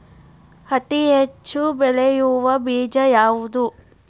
ಹತ್ತಿ ಹೆಚ್ಚ ಬೆಳೆಯುವ ಬೇಜ ಯಾವುದು?